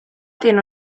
tiene